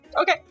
Okay